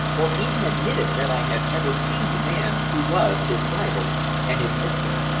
or even admitted that i had ever seen the man who was his rival and his victim.